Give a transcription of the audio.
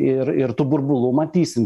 ir ir tų burbulų matysim